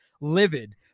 livid